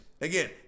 again